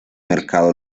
mercado